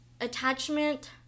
attachment